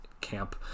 camp